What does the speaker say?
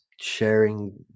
sharing